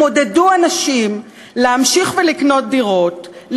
הם עודדו אנשים להמשיך ולקנות דירות,